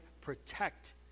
Protect